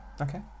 Okay